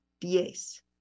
diez